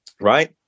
right